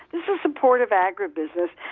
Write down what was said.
this is support of agribusiness,